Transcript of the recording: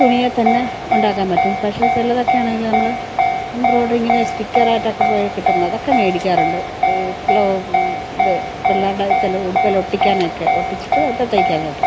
തുണിയെൽ തന്നെ ഉണ്ടാക്കാൻ പറ്റും പക്ഷെ ചിലതൊക്കെ ആണെങ്കിൽ നമ്മള് എംബ്രോയ്ഡറിങ്ങില് സ്റ്റിക്കറായറ്റൊക്കെ പോയാൽ കിട്ടും അതൊക്കെ മേടിക്കാറുണ്ട് ഫ്ലവർ ഇത് പിള്ളേർടെക്കെ ഉടുപ്പിൽ ഒട്ടിക്കാനൊക്കെ ഒട്ടിച്ചിട്ട് അത് തയ്ക്കാനായിട്ട്